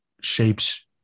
shapes